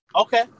Okay